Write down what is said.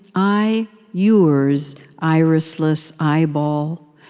i yours irisless eyeball,